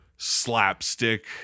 slapstick